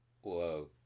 Whoa